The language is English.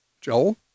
Joel